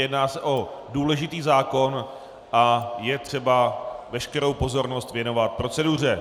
Jedná se o důležitý zákon a je třeba veškerou pozornost věnovat proceduře.